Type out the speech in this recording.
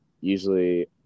usually